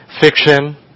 fiction